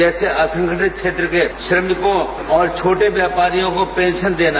जैसे असंगठित क्षेत्र के श्रमिकों और छोटे व्यापारियों को पेंशन देना